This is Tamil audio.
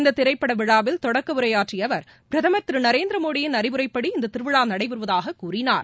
இந்த திரைப்பட விழாவில் தொடக்கவுரை ஆற்றிய அவர் பிரதமர் திரு நரேந்திரமோடியின் அறிவுரைப்படி இந்த திருவிழா நடைபெறுவதாக கூறினார்